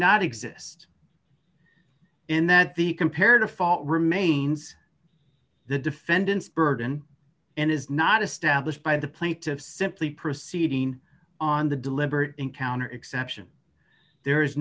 not exist in that the compared to fall remains the defendant's burden and is not established by the plaintiff simply proceeding on the deliberate encounter exception there is